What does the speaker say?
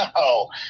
no